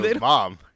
mom